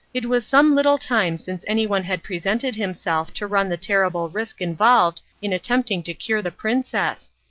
it was some little time since anyone had presented himself to run the terrible risk involved in attempting to cure the princess,